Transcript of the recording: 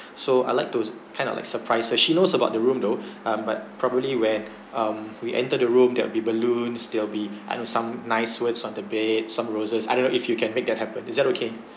so I'd like to kind of like surprise her she knows about the room though um but probably when um we enter the room there will be balloons there will be I know some nice words on the bed some roses I don't know if you can make that happen is that okay